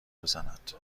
بزند